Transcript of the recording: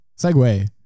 segue